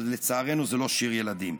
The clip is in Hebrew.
אבל לצערנו זה לא שיר ילדים.